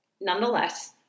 nonetheless